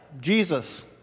Jesus